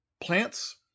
plants